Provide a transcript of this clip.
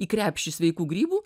į krepšį sveikų grybų